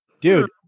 dude